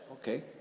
Okay